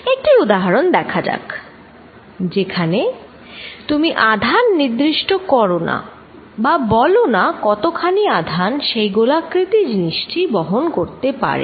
একটি উদাহরণ দেখা যাক যেখানে তুমি আধান নির্দিষ্ট করো না বা বলোনা কতখানি আধান সেই গোলাকৃতি জিনিসটি বহন করতে পারে